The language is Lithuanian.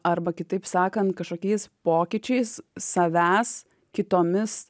arba kitaip sakant kažkokiais pokyčiais savęs kitomis